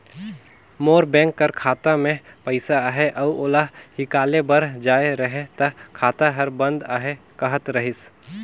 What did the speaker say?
मोर bank कर खाता में पइसा अहे अउ ओला हिंकाले बर जाए रहें ता खाता हर बंद अहे कहत रहिस